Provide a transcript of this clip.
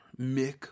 Mick